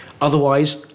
Otherwise